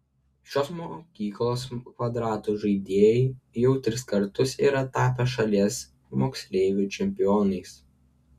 šios mokyklos kvadrato žaidėjai jau tris kartus yra tapę šalies moksleivių čempionais